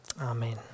Amen